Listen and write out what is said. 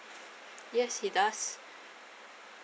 yes he does